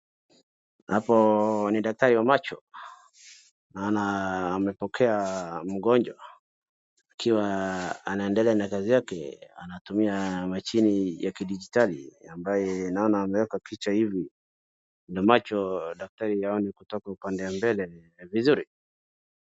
Hapo ni daktari wa macho na amepokea mgonjwa akiwa anaendelea na kazi yake. Anatumia mashine ya kidijitali ambaye naona ameweka kichwa hivi, na macho, daktari haoni kutoka upande wa mbele vizuri .